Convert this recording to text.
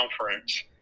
Conference